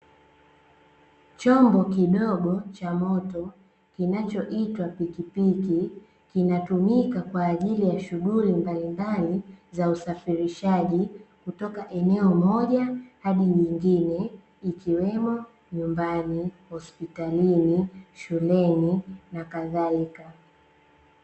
Chombo kidogo cha moto kinachoitwa pikipiki, kinatumika kwaajili ya shughuli mbalimbali za usafirishaji kutoka eneo moja hadi jingine, ikiwemo: nyumbani, hospitalini, shuleni, na kadhalika.